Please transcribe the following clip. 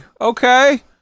Okay